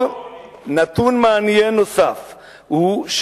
נתון מעניין נוסף הוא,